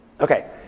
Okay